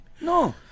No